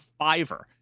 Fiverr